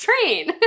train